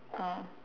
uh